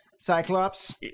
Cyclops